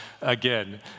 again